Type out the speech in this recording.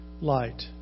light